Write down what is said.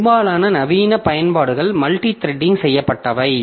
பெரும்பாலான நவீன பயன்பாடுகள் மல்டித்ரெட் செய்யப்பட்டவை